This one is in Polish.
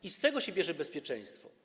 I z tego się bierze bezpieczeństwo.